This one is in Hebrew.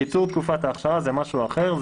קיצור תקופת האכשרה זה משהו אחר,